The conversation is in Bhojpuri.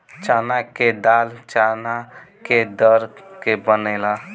चना के दाल चना के दर के बनेला